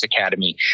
Academy